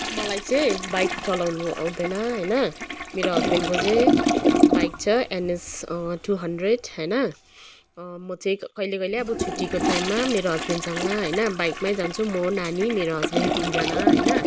मलाई चाहिँ बाइक चलाउनु आउँदैन होइन मेरो हस्ब्यान्डको चाहिँ बाइक छ एनएस टू हन्ड्रेड होइन म चाहिँ कहिले कहिले अब छुट्टीको टाइममा मेरो हस्ब्यान्डसँग होइन बाइकमै जान्छु म नानी मेरो हस्ब्यान्ड तिनजना होइन